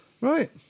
Right